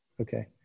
okay